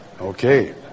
Okay